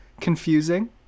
confusing